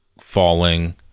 falling